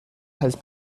has